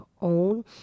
own